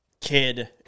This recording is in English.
kid